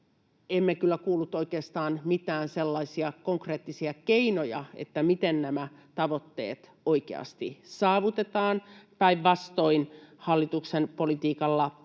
emme kyllä kuulleet oikeastaan mitään sellaisia konkreettisia keinoja, miten nämä tavoitteet oikeasti saavutetaan. Päinvastoin hallituksen politiikalla